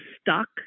stuck